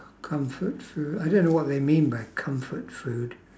comfort food I don't know what they mean by comfort food